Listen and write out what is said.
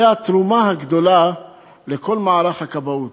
זו התרומה הגדולה לכל מערך הכבאות.